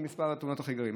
עם מספר התאונות הכי גדול.